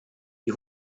wie